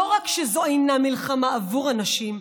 לא רק שזו אינה מלחמה עבור הנשים,